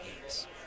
games